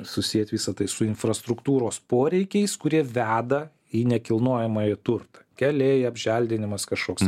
susiet visa tai su infrastruktūros poreikiais kurie veda į nekilnojamąjį turtą keliai apželdinimas kažkoks